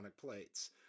plates